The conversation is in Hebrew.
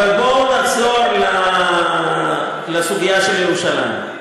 בואו נחזור לסוגיה של ירושלים.